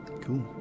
Cool